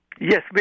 Yes